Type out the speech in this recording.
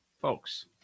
Folks